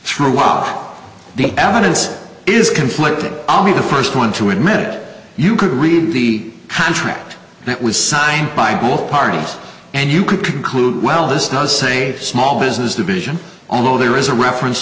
throughout the evidence is conflict that i'll be the first one to admit you could read the contract that was signed by both parties and you could conclude well this does say small business division although there is a reference